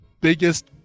biggest